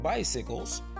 Bicycles